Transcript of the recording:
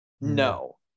No